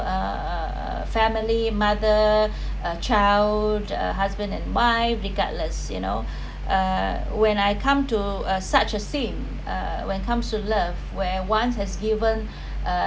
uh uh uh family mother a child a husband and wife regardless you know uh when I come to uh such a scene uh when comes to love where one's has given uh